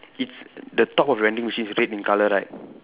it's the top of vending machine is red in colour right